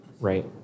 Right